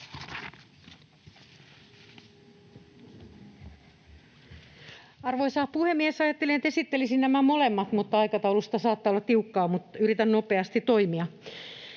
Arvoisa puhemies! Ajattelin, että esittelisin nämä molemmat. Aikataulu saattaa tehdä tiukkaa, mutta yritän nopeasti toimia.